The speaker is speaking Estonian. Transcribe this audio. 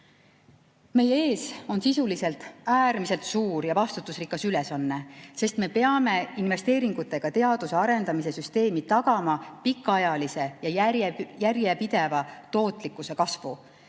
Meie ees on sisuliselt äärmiselt suur ja vastutusrikas ülesanne, sest me peame investeeringutega teaduse arendamise süsteemi tagama pikaajalise ja järjepideva tootlikkuse kasvu.